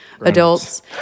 adults